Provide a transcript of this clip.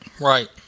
Right